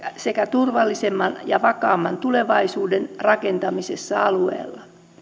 sekä turvallisemman ja vakaamman tulevaisuuden rakentamisessa alueella